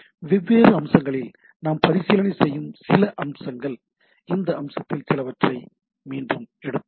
வெவ்வேறு அம்சங்களில் நாம் மறுபரிசீலனை செய்யும் சில அம்சங்கள் இந்த அம்சத்தில் சிலவற்றை மீண்டும் எடுப்போம்